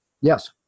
Yes